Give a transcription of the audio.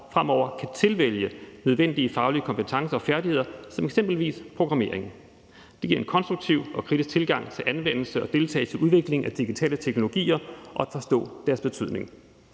fremover kan tilvælge nødvendige faglige kompetencer og færdigheder som eksempelvis programmering. Det giver en konstruktiv og kritisk tilgang til anvendelse af og deltagelse i udviklingen af digitale teknologier og til at forstå deres betydning.